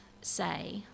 say